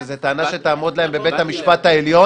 וזאת טענה שתעמוד להם בבית המשפט העליון,